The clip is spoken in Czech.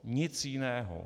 Nic jiného.